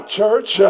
church